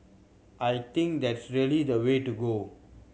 I think that's really the way to go